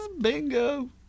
bingo